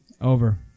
Over